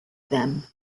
them